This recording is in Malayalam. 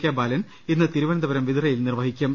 കെ ബാലൻ ഇന്ന് തിരുവനന്തപുരം വിതുരയിൽ നിർവ്വഹിക്കും